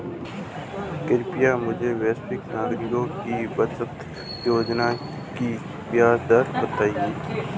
कृपया मुझे वरिष्ठ नागरिकों की बचत योजना की ब्याज दर बताएं